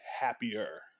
happier